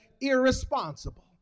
irresponsible